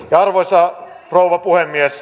arvoisa rouva puhemies